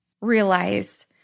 realize